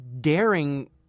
daring